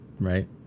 Right